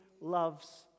loves